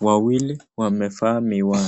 Wawili wamevaa miwani.